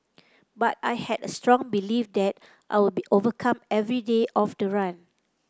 but I had a strong belief that I will be overcome every day of the run